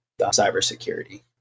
cybersecurity